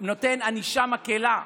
נותן ענישה מקילה.